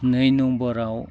नै नम्बराव